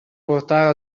portare